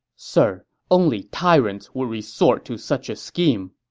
sir, only tyrants would resort to such a scheme.